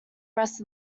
rest